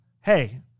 hey